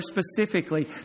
specifically